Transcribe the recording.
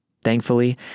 Thankfully